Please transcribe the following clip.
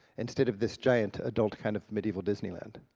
instead of this giant adult kind of medieval disneyland.